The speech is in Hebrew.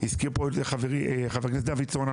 הזכיר פה חברי חבר הכנסת דוידסון,